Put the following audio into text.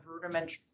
rudimentary